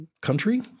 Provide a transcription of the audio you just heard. country